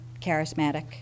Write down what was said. charismatic